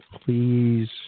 Please